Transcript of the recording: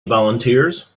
volunteers